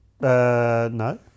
No